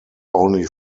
only